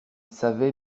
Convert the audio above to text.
savait